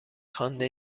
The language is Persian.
خوانده